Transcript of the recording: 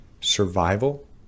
survival